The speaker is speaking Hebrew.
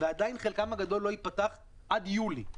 ועדיין חלקם הגדול לא ייפתח עד יולי.